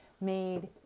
made